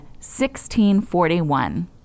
1641